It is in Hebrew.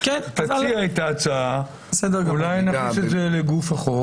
תציע את ההצעה, ואולי נכניס את זה לגוף החוק.